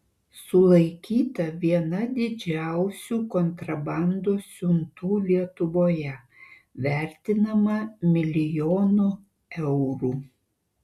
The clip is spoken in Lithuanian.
sulaikyta viena didžiausių kontrabandos siuntų lietuvoje vertinama milijonu eurų